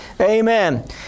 Amen